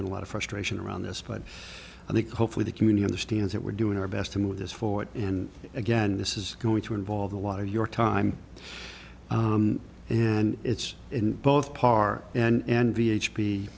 been a lot of frustration around this but i think hopefully the community understands that we're doing our best to move this forward and again this is going to involve a lot of your time and it's in both par and